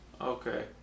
Okay